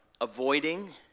avoiding